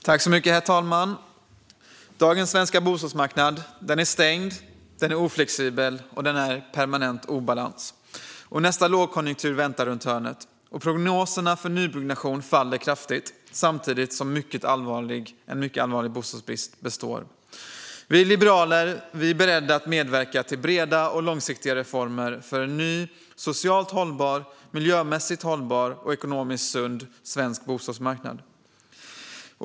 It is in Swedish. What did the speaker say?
Herr talman! Dagens svenska bostadsmarknad är stängd, oflexibel och i permanent obalans. Nästa lågkonjunktur väntar runt hörnet, och prognoserna för nybyggnation faller kraftigt, samtidigt som en mycket allvarlig bostadsbrist består. Vi liberaler är beredda att medverka till breda och långsiktiga reformer för en ny, socialt och miljömässigt hållbar och ekonomiskt sund svensk bostadsmarknad.